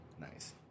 nice